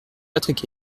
patrick